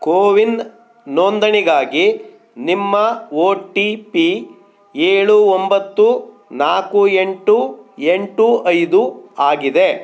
ಕೋವಿನ್ ನೋಂದಣಿಗಾಗಿ ನಿಮ್ಮ O T P ಏಳು ಒಂಬತ್ತು ನಾಲ್ಕು ಎಂಟು ಎಂಟು ಐದು ಆಗಿದೆ